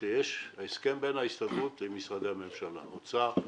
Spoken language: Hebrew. יש הסכם בין ההסתדרות למשרד האוצר,